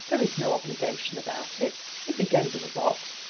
there is no obligation about it. if he gave us a box,